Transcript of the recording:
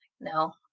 No